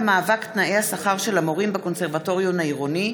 מאבק תנאי השכר של המורים בקונסרבטוריון העירוני,